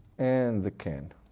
and the canned